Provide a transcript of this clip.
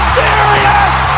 serious